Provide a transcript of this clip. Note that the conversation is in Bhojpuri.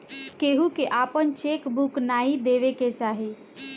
केहू के आपन चेक बुक नाइ देवे के चाही